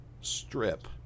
strip